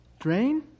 Drain